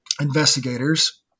investigators